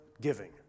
giving